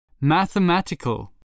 Mathematical